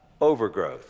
overgrowth